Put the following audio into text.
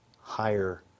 higher